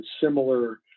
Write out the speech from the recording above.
similar